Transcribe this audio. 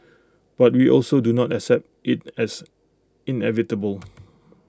but we also do not accept IT as inevitable